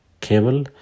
cable